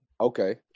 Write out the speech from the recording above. okay